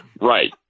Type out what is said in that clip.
Right